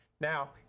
now